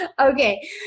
Okay